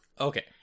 Okay